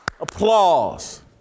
applause